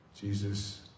Jesus